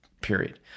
period